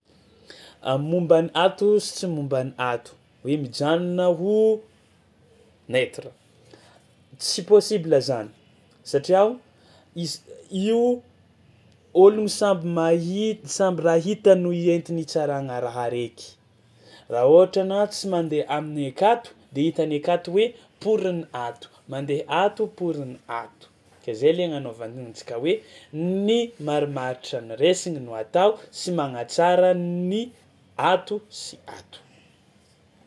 A momba ny ato sy tsy momba ny ato hoe mijanona ho neutre, tsy possible zany satria o iz- io ôlogno samby mahi- samby raha hitany no ihentiny hitsaragna raha araiky, raha ohatra anao tsy mandeha amin'ny akato de hitan'ny akato hoe pour-n'ny ato, mandeha ato pour-n'ny ato; ke zay le agnanaovantsika hoe ny marimaritra niraisigny no atao sy magnatsara ny ato sy ato.